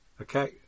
Okay